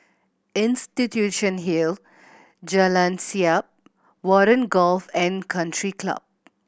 Institution Hill Jalan Siap Warren Golf And Country Club